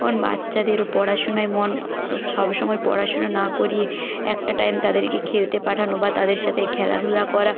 অন্য বাচ্চাদেরও পড়াশোনায় মন সব সময় পড়াশোনা না করিয়ে একটা টাইম তাদেরকে খেলতে পাঠানো বা তাদের সাথে খেলাধুলা করা